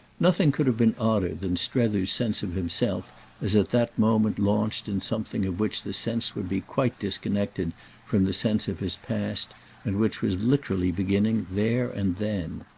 nothing could have been odder than strether's sense of himself as at that moment launched in something of which the sense would be quite disconnected from the sense of his past and which was literally beginning there and then.